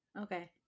okay